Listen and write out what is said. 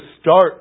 start